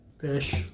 fish